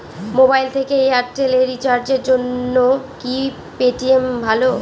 Mobile থেকে Airtel এ রিচার্জের জন্য কি পেটিএম ভালো?